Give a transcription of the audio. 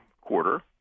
quarter